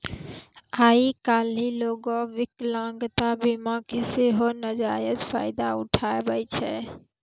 आइ काल्हि लोगें विकलांगता बीमा के सेहो नजायज फायदा उठाबै छै